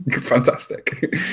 Fantastic